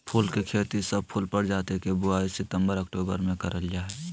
फूल के खेती, सब फूल प्रजाति के बुवाई सितंबर अक्टूबर मे करल जा हई